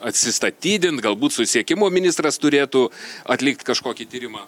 atsistatydint galbūt susisiekimo ministras turėtų atlikti kažkokį tyrimą